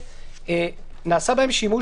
כרגע זה אסור.